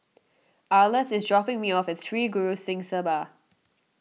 Arleth is dropping me off at Sri Guru Singh Sabha